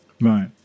Right